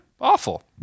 Awful